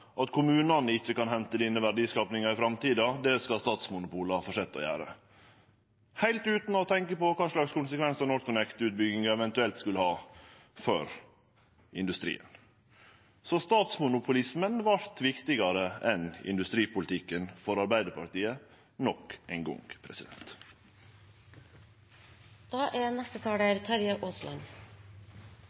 at kommunane ikkje kan hente denne verdiskapinga i framtida – det skal statsmonopolet fortsetje å gjere – heilt utan å tenkje på kva slags konsekvensar NorthConnect-utbygginga eventuelt skulle ha for industrien. Statsmonopolismen vart viktigare enn industripolitikken for Arbeidarpartiet endå ein gong.